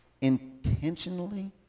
intentionally